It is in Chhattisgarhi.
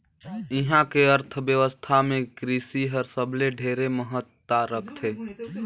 इहां के अर्थबेवस्था मे कृसि हर सबले ढेरे महत्ता रखथे